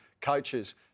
coaches